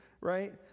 right